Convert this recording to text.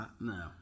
No